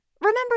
Remember